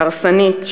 ההרסנית,